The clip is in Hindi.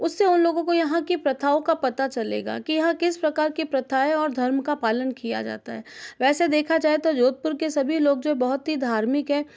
उससे उन लोगों को यहाँ की प्रथाओं का पता चलेगा कि यहाँ किस प्रकार की प्रथाएँ और धर्म का पालन किया जाता है वैसे देखा जाए तो जोधपुर के सभी लोग जो है बहुत ही धार्मिक है